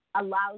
allows